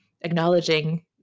acknowledging